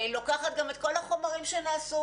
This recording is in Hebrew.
לוקחת גם את כל החומרים שנעשו.